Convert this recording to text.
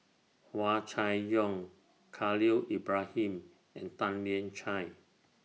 Hua Chai Yong Khalil Ibrahim and Tan Lian Chye